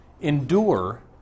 Endure